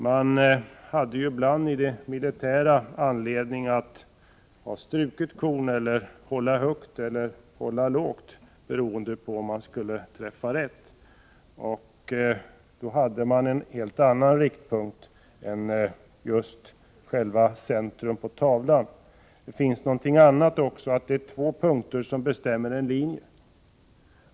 Man hade ibland i det militära anledning att ha struket korn eller hålla högt eller hålla lågt för att träffa rätt. Då hade man en helt annan riktpunkt än själva centrum på tavlan. Det finns ett annat uttryck som säger att det är två punkter som bestämmer en linje.